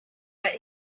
but